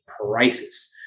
prices